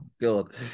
God